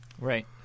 Right